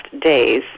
days